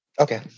Okay